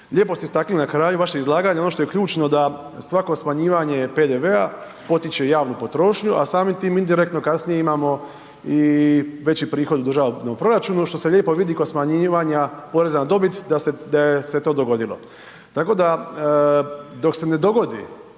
Lijepo ste istakli na kraju vaše izlaganje, ono što je ključno da, svako smanjivanje PDV-a potiče javnu potrošnju, a samim tim indirektno kasnije imamo i veći prihod u državnom proračunu, što se lijepo vidi kod smanjivanja poreza na dobit da se to dogodilo, tako da, dok se ne dogodi